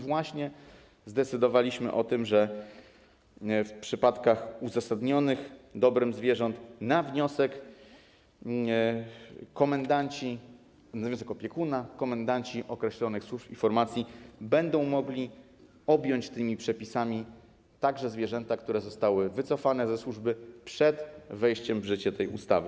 Właśnie zdecydowaliśmy o tym, że w przypadkach uzasadnionych dobrem zwierząt na wniosek opiekuna komendanci określonych służb i formacji będą mogli objąć tymi przepisami także zwierzęta, które zostały wycofane ze służby przed wejściem w życie tej ustawy.